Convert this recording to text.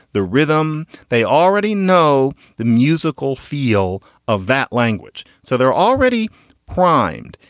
the rhythm. they already know the musical feel of that language. so they're already primed.